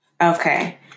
Okay